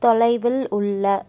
தொலைவில் உள்ள